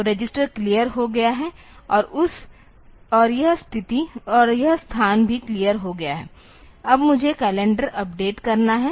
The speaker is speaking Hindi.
तो रजिस्टर क्लियर हो गया है और यह स्थान भी क्लियर हो गया है अब मुझे कैलेंडर अपडेट करना है